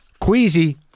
Queasy